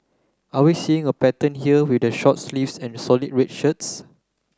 are we seeing a pattern here with the short sleeves and solid red shirts